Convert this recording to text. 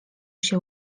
się